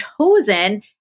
chosen